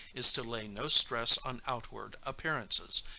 is to lay no stress on outward appearances,